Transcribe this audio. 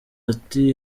ati